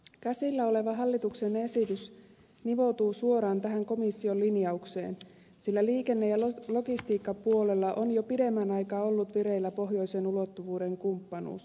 käsillä oleva hallituksen esitys nivoutuu suoraan tähän komission linjaukseen sillä liikenne ja logistiikkapuolella on jo pidemmän aikaa ollut vireillä pohjoisen ulottuvuuden kumppanuus